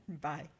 Bye